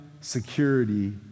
security